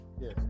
yes